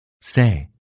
Say